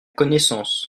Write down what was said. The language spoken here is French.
connaissance